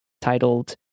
titled